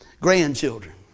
Grandchildren